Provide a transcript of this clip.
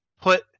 put –